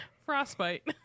Frostbite